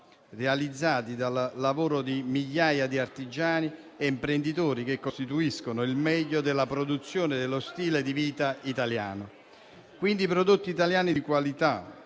realizzati dal lavoro di migliaia di artigiani e imprenditori che costituiscono il meglio della produzione e dello stile di vita italiano. Quindi parliamo di prodotti italiani di qualità,